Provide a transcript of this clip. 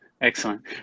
Excellent